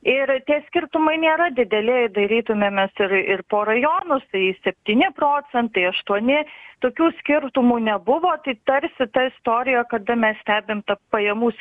ir tie skirtumai nėra dideli dairytumėmės ir ir po rajonus tai septyni procentai aštuoni tokių skirtumų nebuvo tai tarsi ta istorija kada mes stebime tą pajamų